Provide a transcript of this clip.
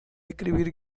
escribir